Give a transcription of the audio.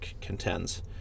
contends